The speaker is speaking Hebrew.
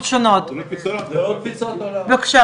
ברגע שמחליטים שזה לא יגיע אך ורק משם,